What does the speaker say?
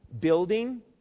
building